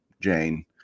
Jane